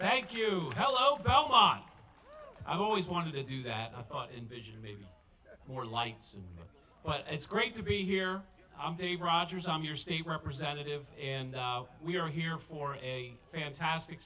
you hello belmont i always wanted to do that i thought envision maybe more lights but it's great to be here i'm dave rogers i'm your state representative and we are here for a fantastic